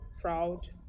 Proud